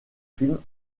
films